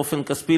באופן כספי,